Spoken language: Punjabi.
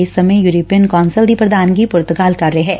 ਇਸ ਸਮੇ' ਯੁਰਪੀਨ ਕੌਂਸਲ ਦੀ ਪ੍ਰਧਾਨਗੀ ਪੁਰਤਗਾਲ ਕਰ ਰਿਹੈ